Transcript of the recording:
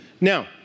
Now